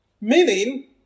meaning